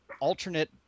alternate